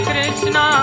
Krishna